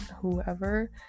whoever